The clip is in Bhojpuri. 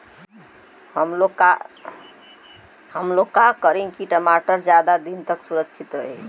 हमलोग का करी की टमाटर ज्यादा दिन तक सुरक्षित रही?